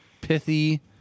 pithy